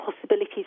possibilities